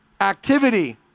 activity